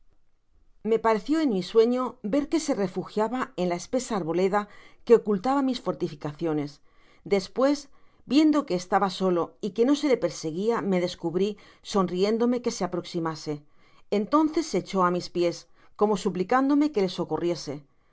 me pareció en mi sueño ver que se refugiaba en la espesa arboleda que ocultaba mis fortificaciones despues viendo que estaba solo y que no se le perseguia me descubri sonriéndome que se aproximase entonces se echó á mis pies como suplicándome que le socorriese